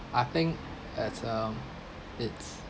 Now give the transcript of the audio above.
I think as um it's